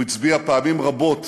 הוא הצביע פעמים רבות